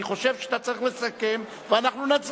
אני חושב שאתה צריך לסכם, ואנחנו נצביע.